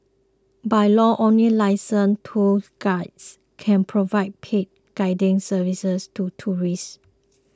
by law only licensed tourist guides can provide paid guiding services to tourists